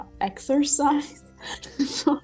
exercise